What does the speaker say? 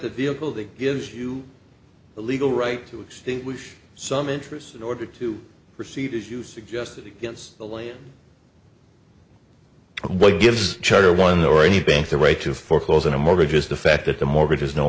that vehicle that gives you the legal right to extinguish some interest in order to proceed as you suggest against the law what gives charter one or any bank the right to foreclose on a mortgage is the fact that the mortgage is no